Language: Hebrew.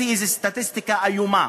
שמוציא סטטיסטיקה איומה.